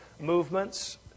movements